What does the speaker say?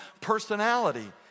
personality